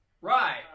Right